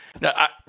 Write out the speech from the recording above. Now